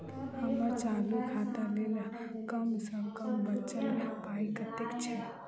हम्मर चालू खाता लेल कम सँ कम बचल पाइ कतेक छै?